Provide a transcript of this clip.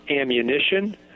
ammunition